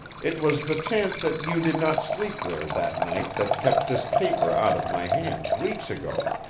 it was the chance that you did not sleep there that night that kept this paper out of my hands weeks ago.